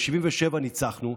ב-1977 ניצחנו,